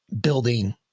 building